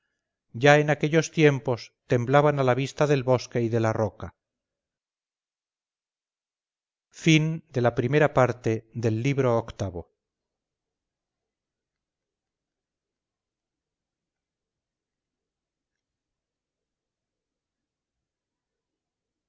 ya en aquellos tiempos temblaban a la vista del bosque y de la roca